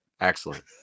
Excellent